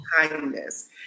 kindness